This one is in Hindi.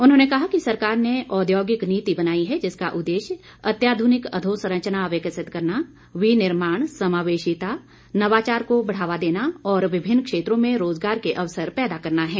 उन्होंने कहा कि सरकार ने औद्योगिक नीति बनाई है जिसका उद्देश्य अतिआधुनिक अधोसरंचना विकसित करना विनिर्माण समावेशिता नवाचार को बढ़ावा देना और विभिन्न क्षेत्रों में रोजगार के अवसर पैदा करना है